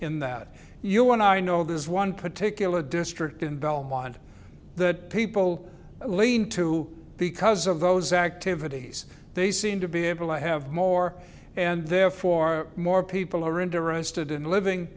in that you and i know this one particular district in belmont that people lean to because of those activities they seem to be able to have more and therefore more people are interested in living